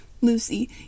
Lucy